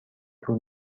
طول